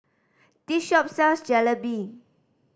this shop sells Jalebi